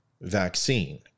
vaccine